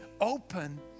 open